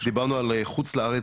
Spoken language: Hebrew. דיברנו על חוץ לארץ,